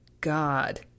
god